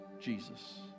Jesus